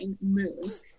moons